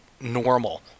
normal